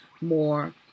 more